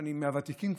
ואני כבר מהוותיקים פה,